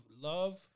love